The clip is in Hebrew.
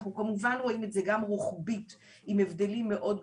אנחנו כמובן רואים את זה גם רוחבית עם הבדלים מאוד גדולים,